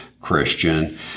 Christian